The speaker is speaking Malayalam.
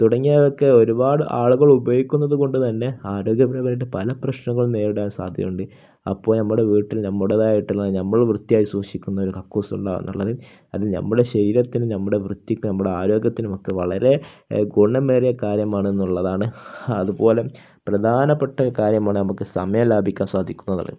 തുടങ്ങിയവയൊക്കെ ഒരുപാട് ആളുകൾ ഉപയോഗിക്കുന്നത് കൊണ്ട് തന്നെ ആരോഗ്യപരമായിട്ട് പല പ്രശ്നങ്ങളൾ നേരിടാൻ സാധ്യതയു അപ്പോൾ നമ്മുടെ വീട്ടിൽ നമ്മുടേതായിട്ടുള്ള നമ്മൾ വൃത്തിയായി സൂക്ഷിക്കുന്ന ഒരു കക്കൂസുണ്ടാവുക എന്നുള്ളത് അത് നമ്മുടെ ശരീരത്തിനും നമ്മുടെ വൃത്തിക്ക് നമ്മുടെ ആരോഗ്യത്തിനും ഒക്കെ വളരെ ഗുണമേറിയ കാര്യമാണെന്നുള്ളതാണ് അതുപോലെ പ്രധാനപ്പെട്ട കാര്യമാണ് നമുക്ക് സമയം ലാഭിക്കാൻ സാധിക്കുമെന്നുള്ളത്